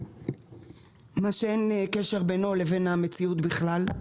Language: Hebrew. מה שאין קשר בינו לבין המציאות בכלל.